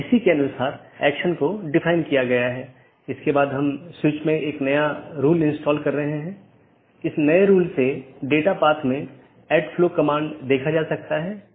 तो एक BGP विन्यास एक ऑटॉनमस सिस्टम का एक सेट बनाता है जो एकल AS का प्रतिनिधित्व करता है